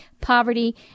poverty